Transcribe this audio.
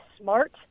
smart